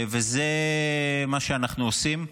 זה מה שאנחנו עושים.